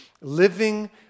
Living